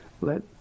let